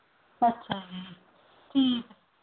ਅੱਛਾ ਜੀ ਠੀਕ ਹੈ